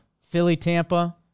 Philly-Tampa